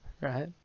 right